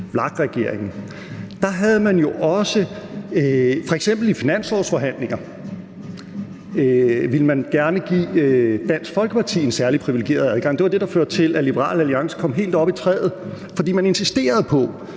i finanslovsforhandlinger give Dansk Folkeparti en særligt privilegeret adgang. Det var det, der førte til, at Liberal Alliance kom helt op i træet, fordi man insisterede på,